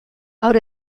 haur